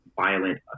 violent